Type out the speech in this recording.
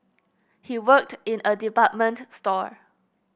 he worked in a department store